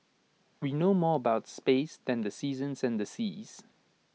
we know more about space than the seasons and the seas